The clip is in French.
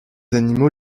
animaux